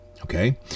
Okay